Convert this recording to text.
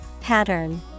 Pattern